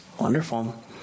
Wonderful